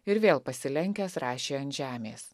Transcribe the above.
ir vėl pasilenkęs rašė ant žemės